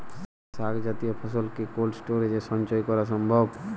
শাক জাতীয় ফসল কি কোল্ড স্টোরেজে সঞ্চয় করা সম্ভব?